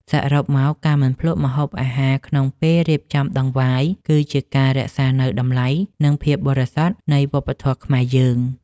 សរុបមក ការមិនភ្លក្សម្ហូបអាហារក្នុងពេលរៀបចំដង្វាយ គឺជាការរក្សានូវតម្លៃ និងភាពបរិសុទ្ធនៃវប្បធម៌ខ្មែរយើង។